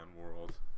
world